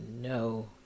no